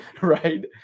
Right